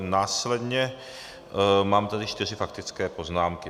Následně mám tady čtyři faktické poznámky.